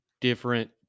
different